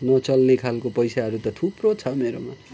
नचल्ने खालको पैसाहरू त थुप्रो छ मेरोमा